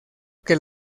que